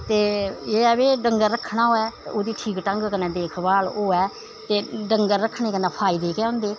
ते एह् ऐ भई डंगर रक्खना होऐ ओह्दी ठीक ढंग कन्नै देखभाल होऐ ते डंगर रक्खने कन्नै फायदे गै होंदे